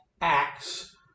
acts